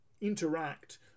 interact